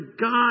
God